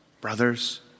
brothers